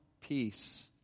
peace